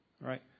Right